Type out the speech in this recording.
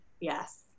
Yes